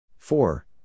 Four